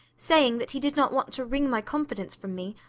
saying that he did not want to wring my confidence from me,